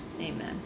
Amen